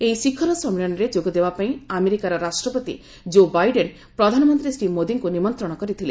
ଏହି ଶିଖର ସମ୍ମିଳନୀରେ ଯୋଗଦେବା ପାଇଁ ଆମେରିକାର ରାଷ୍ଟ୍ରପତି ଜୋ ବାଇଡେନ ପ୍ରଧାନମନ୍ତ୍ରୀ ଶ୍ରୀ ମୋଦୀଙ୍କୁ ନିମନ୍ତ୍ରଣ କରିଥିଲେ